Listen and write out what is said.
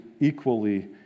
equally